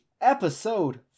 episode